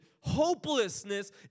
hopelessness